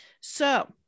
So-